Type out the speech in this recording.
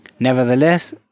Nevertheless